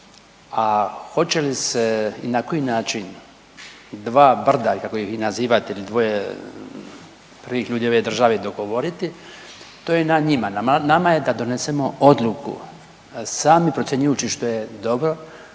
A hoće li se i na koji način dva brda kako ih vi nazivate ili dvoje prvih ljudi ove države dogovoriti to je na njima. Na nama je da donesemo odluku sami procjenjujući što je dobro